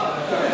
מה?